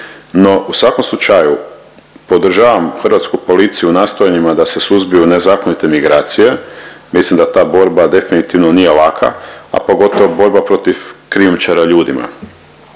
u svakom slučaju podržavam hrvatsku policiju u nastojanjima da se suzbiju nezakonite migracije, mislim da ta borba definitivno nije laka, a pogotovo borba protiv krijumčara ljudima.